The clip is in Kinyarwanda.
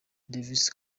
davis